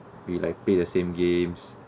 we like play the same games